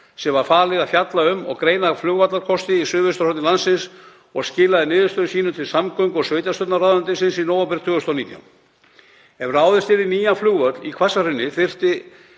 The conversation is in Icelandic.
sem var falið að fjalla um og greina flugvallarkosti á suðvesturhorni landsins og skilaði niðurstöðum sínum til samgöngu- og sveitarstjórnarráðuneytisins í nóvember 2019. Ef ráðist yrði í nýjan flugvöll í Hvassahrauni þyrfti